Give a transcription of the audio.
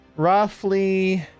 roughly